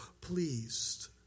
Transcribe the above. pleased